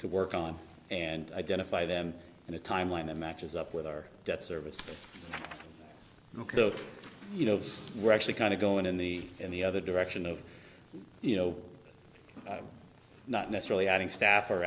to work on and identify them in a timeline that matches up with our debt service so you know it's we're actually kind of going in the in the other direction of you know not necessarily adding staff or